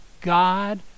God